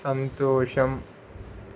సంతోషం